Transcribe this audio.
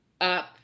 up